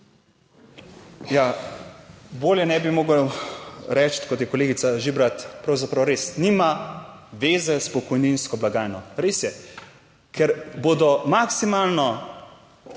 Ja, bolje ne bi mogel reči, kot je kolegica Žibrat, pravzaprav res nima veze s pokojninsko blagajno. Res je, ker bodo maksimalno